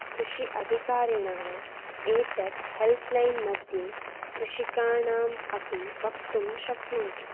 कृषि अधिकारिेणः एतद् हेल्प् लैन् मध्ये कृषिकाणाम् अपि वक्तुं शक्नोति